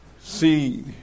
see